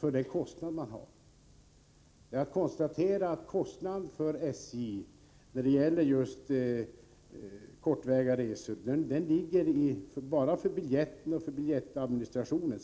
för en kostnad. SJ:s kostnad bara för biljetten och biljettadministrationen, just när det gäller kortväga resor, uppgår till ca 10 kr., enligt den redovisning jag har.